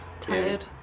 Tired